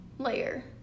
Layer